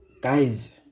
Guys